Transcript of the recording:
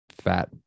fat